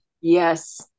Yes